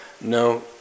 No